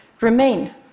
remain